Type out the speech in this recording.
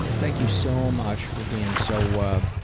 thank you so much for being so um